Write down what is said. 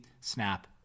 Snap